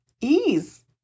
ease